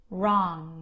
wrong